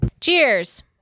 cheers